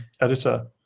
editor